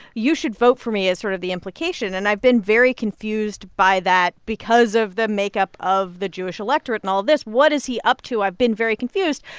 you should vote for me is sort of the implication. and i've been very confused by that because of the makeup of the jewish electorate and all this. what is he up to? i've been very confused.